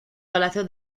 palacio